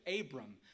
Abram